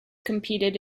competed